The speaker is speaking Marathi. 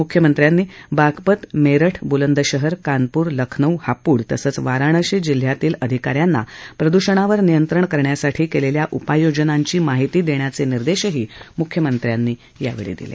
मुख्यमंत्र्यांनी बागपत मेरठ बुलंद शहर कानपूर लखनऊ हापुड तसंच वाराणसी जिल्ह्यातील अधिका यांना प्रदुषणावर नियत्रण करण्यासाठी केलेल्या उपाय योजनांची माहिती देण्याचीही निर्देश मुख्यमंत्र्यांनी दिली